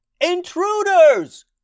Intruders